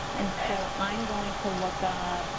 and so i'm going to look up,